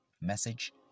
message